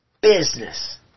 business